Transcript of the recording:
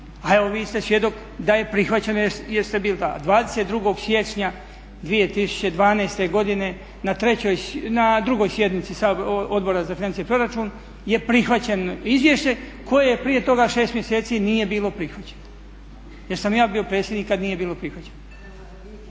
a evo vi ste svjedok da je prihvaćeno jer ste bili tada. A 22. siječnja 2012. godine na drugoj sjednici Odbora za financije i proračun je prihvaćeno izvješće koje prije toga 6 mjeseci nije bilo prihvaćeno jer sam ja bio predsjednik kad nije bilo prihvaćeno.